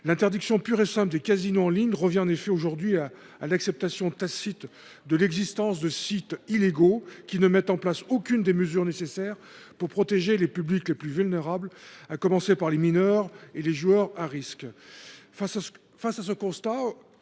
L’interdiction pure et simple des casinos en ligne revient en effet aujourd’hui à l’acceptation tacite de l’existence de sites illégaux, qui ne mettent en place aucune des mesures nécessaires pour protéger les publics les plus vulnérables, à commencer par les mineurs et les joueurs à risque.